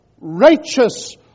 righteous